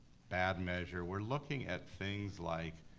bad measure. we're looking at things like,